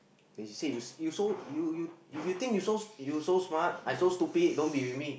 they say you you so you think you so smart I so stupid don't be with me